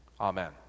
Amen